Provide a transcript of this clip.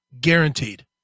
guaranteed